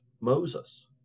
Moses